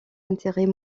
intérêts